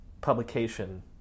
publication